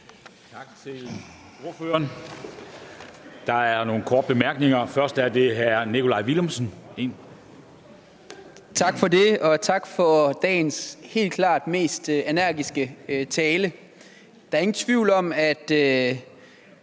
Tak til ordføreren. Der er nogle korte bemærkninger, først er det hr. Nikolaj Villumsen. Kl. 20:52 Nikolaj Villumsen (EL): Tak for det, og tak for dagens helt klart mest energiske tale. Der er ingen tvivl om, at